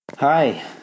Hi